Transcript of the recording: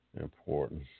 important